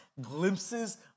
glimpses